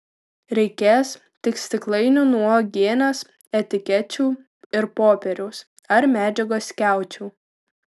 reikės tik stiklainių nuo uogienės etikečių ir popieriaus ar medžiagos skiaučių